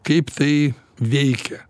kaip tai veikia